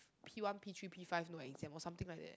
P one P-three P-five no exam or something like that